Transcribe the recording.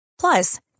Plus